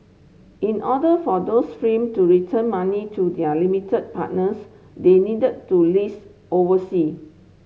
in order for those to return money to their limited partners they needed to list oversea